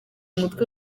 umutwe